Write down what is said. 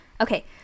Okay